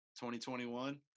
2021